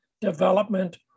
development